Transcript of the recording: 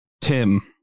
Tim